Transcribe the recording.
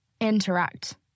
interact